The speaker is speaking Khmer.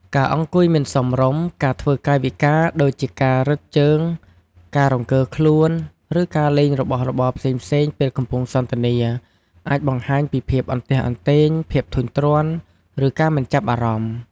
ការអង្គុយមិនសមរម្យ ការធ្វើកាយវិការដូចជាការរឹតជើង ការរង្គើខ្លួន ឬការលេងរបស់របរផ្សេងៗពេលកំពុងសន្ទនា អាចបង្ហាញពីភាពអន្ទះអន្ទែង ភាពធុញទ្រាន់ ឬការមិនចាប់អារម្មណ៍។